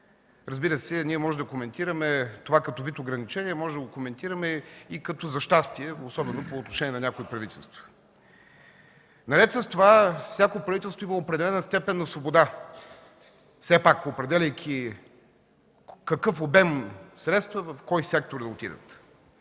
Разбира се, ние можем да коментираме това като вид ограничение, можем да го коментираме и като щастие, особено по отношение на някои правителства. Наред с това всяко правителство има определена степен на свобода, все пак определяйки какъв обем средства в кой сектор да отидат.